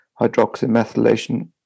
hydroxymethylation